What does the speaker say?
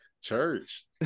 Church